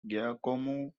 giacomo